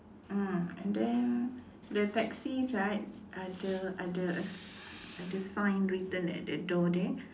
mm and then the taxis right ada ada ada sign written at the door there